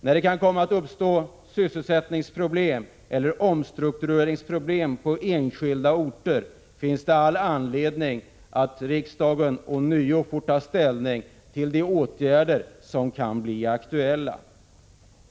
När det kan komma att uppstå sysselsättningsproblem eller omstruktureringsproblem på enskilda orter finns det all anledning att riksdagen ånyo får ta ställning till de åtgärder som kan bli aktuella.